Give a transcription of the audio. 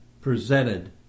presented